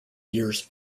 years